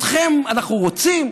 אתכם אנחנו רוצים,